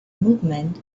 movement